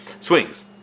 swings